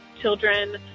children